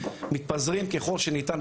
מתפזרים ככל שניתן,